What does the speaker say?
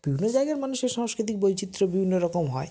বিভিন্ন জায়গার মানুষের সাংস্কৃতিক বৈচিত্র্য বিভিন্ন রকম হয়